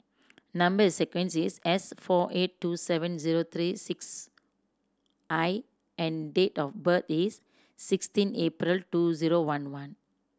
number sequence is S four eight two seven zero three six I and date of birth is sixteen April two zero one one